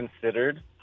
considered